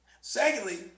Secondly